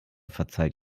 verzeiht